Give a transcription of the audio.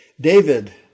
David